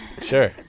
sure